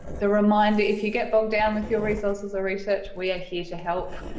the reminder, if you get bogged down with your resources or research we are here to help.